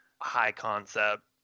high-concept